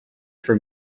for